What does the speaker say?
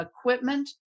equipment